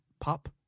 pop